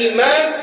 Iman